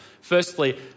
Firstly